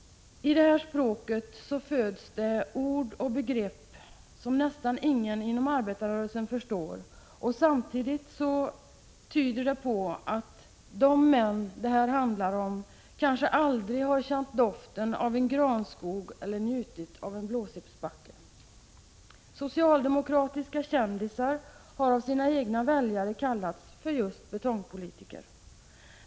I det språket föds ord och begrepp som nästan ingen inom arbetarrörelsen förstår. Samtidigt tyder det på att de män detta handlar om kanske aldrig har känt doften av en granskog eller njutit av en blåsippsbacke. Socialdemokratiska kändisar har av sina egna väljare kallats för just betongpolitiker.